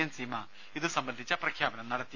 N Seema ഇതു സംബന്ധിച്ച പ്രഖ്യാപനം നടത്തി